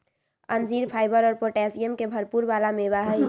अंजीर फाइबर और पोटैशियम के भरपुर वाला मेवा हई